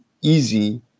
easy